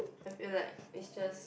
I feel like mistress